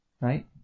right